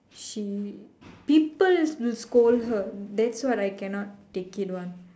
she people will scold her that's what I cannot take it one